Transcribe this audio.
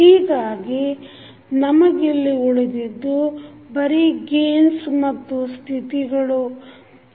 ಹೀಗಾಗಿ ನಮಗಿಲ್ಲಿ ಉಳಿದಿದ್ದು ಬರೀ ಗೇನ್ಸ gains ಮತ್ತು ಸ್ಥಿತಿಗಳು states